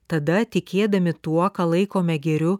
tada tikėdami tuo ką laikome gėriu